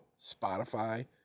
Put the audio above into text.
Spotify